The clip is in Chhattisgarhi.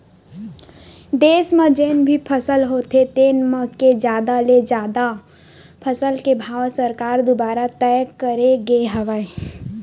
देस म जेन भी फसल होथे तेन म के जादा ले जादा फसल के भाव सरकार दुवारा तय करे गे हवय